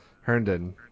Herndon